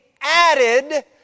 added